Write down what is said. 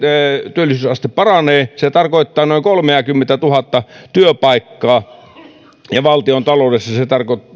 työllisyysaste paranee tarkoittaa noin kolmeakymmentätuhatta työpaikkaa ja valtiontaloudessa